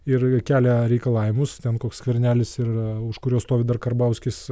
ir kelia reikalavimus ten koks skvernelis ir už kurio stovi dar karbauskis